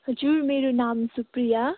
हजुर मेरो नाम सुप्रिया